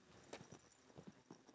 older